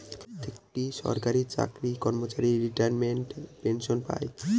প্রতিটি সরকারি চাকরির কর্মচারী রিটায়ারমেন্ট পেনসন পাই